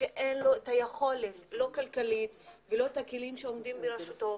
שאין לו היכולת לא כלכלית ולא כלים שעומדים לרשותו,